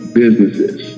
businesses